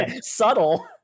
Subtle